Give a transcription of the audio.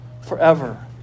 forever